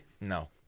No